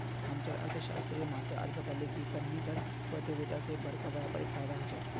हम्चार अर्थ्शाश्त्रेर मास्टर आज बताले की कन्नेह कर परतियोगिता से बड़का व्यापारीक फायेदा होचे